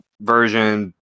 version